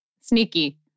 Sneaky